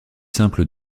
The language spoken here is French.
simple